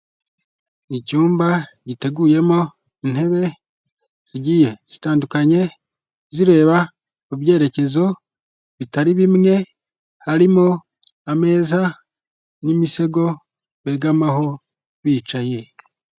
Icyumba giteguyemo intebe zigiye zitandukanye zireba mu byerekezo bitari bimwe, harimo ameza n'imisego begamaho bicaye.